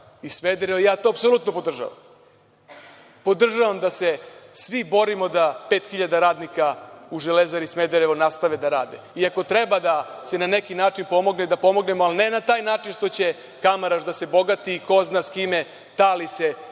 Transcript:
iz Smedereva i ja to apsolutno podržavam. Podržavam da se svi borimo da pet hiljada radnika u „Železari Smederevo“ nastave da rade i ako treba da se na neki način pomogne da pomognemo, ali ne na taj način što će Kamaraš da se bogati i ko zna sa kime tali zbog